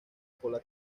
cola